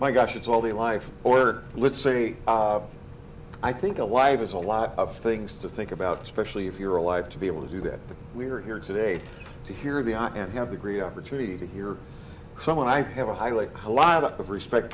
my gosh it's all the life or let's say i think a wife has a lot of things to think about especially if you're alive to be able to do that we are here today to hear the art and have the green opportunity to hear someone i have a highly a lot of respect